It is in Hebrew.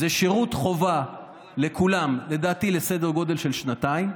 שירות חובה לכולם, לדעתי לסדר גודל של שנתיים,